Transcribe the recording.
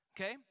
okay